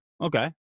okay